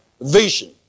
vision